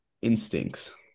Instincts